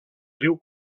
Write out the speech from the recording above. riu